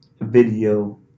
video